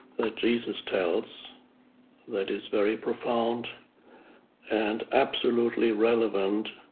that jesus tells that is very profound and absolutely relevant